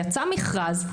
יצא מכרז,